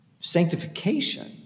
Sanctification